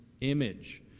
image